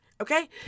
okay